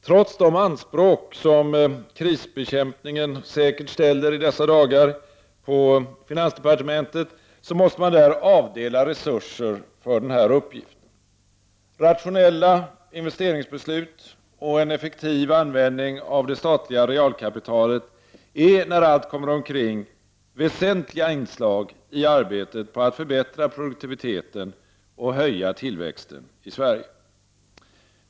Trots de anspråk som krisbekämpningen i dessa dagar säkert ställer på finansdepartementet måste man där avdela resurser för denna uppgift. Rationella investeringsbeslut och en effektiv användning av det statliga realkapitalet är, när allt kommer omkring, väsentliga inslag i arbetet på att förbättra produktiviteten och öka tillväxten i Sverige.